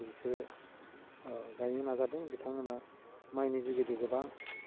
बिसोरो गायनो नाजादों बिथांमोनहा माइनि जिबायदि गोबां